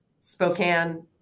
Spokane